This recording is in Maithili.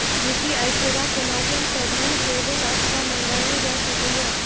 यू.पी.आई सेवा के माध्यम सं धन भेजल अथवा मंगाएल जा सकैए